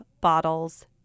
bottles